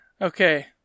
Okay